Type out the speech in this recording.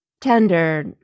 tender